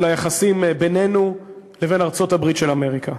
היחסים בינינו לבין ארצות-הברית של אמריקה.